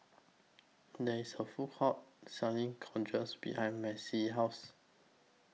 There IS A Food Court Selling countries behind Macie's House